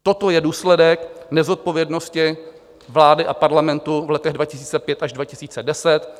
Toto je důsledek nezodpovědnosti vlády a Parlamentu v letech 2005 až 2010.